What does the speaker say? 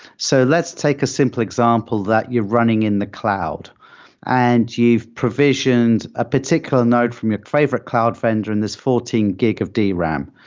so let's take a simple example that you're running in the cloud and you've provisioned a particular node from your private cloud vendor in this fourteen gig of the dram.